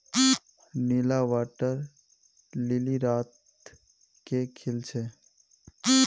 नीला water lily रात के खिल छे